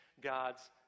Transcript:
God's